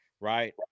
right